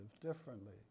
differently